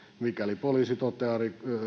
mikäli poliisi toteaa